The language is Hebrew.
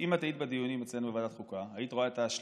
אם את היית בדיונים אצלנו בוועדת החוקה היית רואה את ההשלכות,